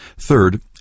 Third